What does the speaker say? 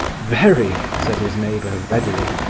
very, said his neighbour, readily,